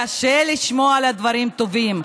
קשה לשמוע על דברים טובים.